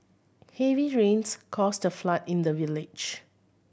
heavy rains caused the flood in the village